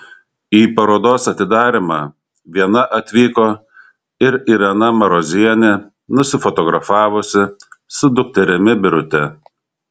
į parodos atidarymą viena atvyko ir irena marozienė nusifotografavusi su dukterimi birute